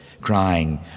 crying